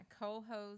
co-host